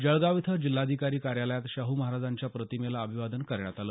जळगाव इथं जिल्हाधिकारी कार्यालयात शाहू महाराजांच्या प्रतिमेला अभिवादन करण्यात आलं